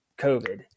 COVID